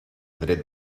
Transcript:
dret